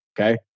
okay